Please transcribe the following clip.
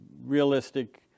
realistic